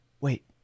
Wait